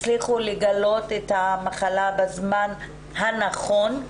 הצליחו לגלות את המחלה בזמן הנכון.